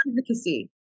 advocacy